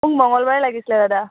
মোক মঙলবাৰে লাগিছিলে দাদা